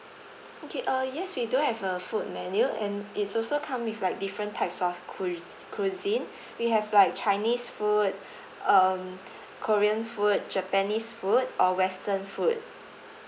okay uh yes we do have a food menu and it's also come with like different types of cuis~ cuisine we have like chinese food um korean food japanese food or western food